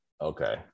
Okay